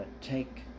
take